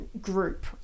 group